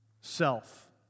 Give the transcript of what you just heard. self